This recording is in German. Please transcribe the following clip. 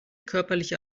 körperliche